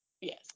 Yes